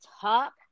Talk